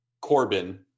Corbin